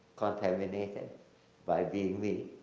contaminated by being me,